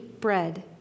bread